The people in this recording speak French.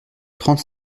trente